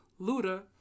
luda